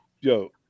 yo